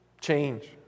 change